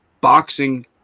boxing